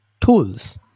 tools